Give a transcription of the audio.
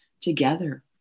together